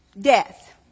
Death